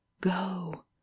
Go